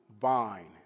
vine